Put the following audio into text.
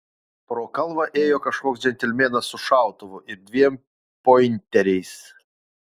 pro kalvą ėjo kažkoks džentelmenas su šautuvu ir dviem pointeriais